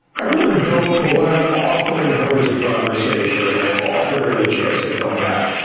i really don't, but what i'm offering her is a conversation and i have offered her the chance to come back,